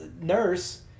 nurse